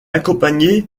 accompagné